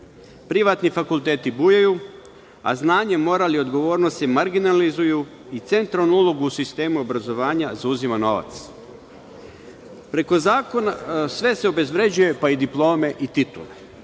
trgovine. Privatni fakulteti bujaju, a znanje, moral i odgovornost se marginalizuju i centralnu ulogu u sistemu obrazovanja zauzima novac, sve se obezvređuje, pa i diplome i titule. Preko